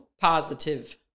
positive